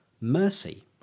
Mercy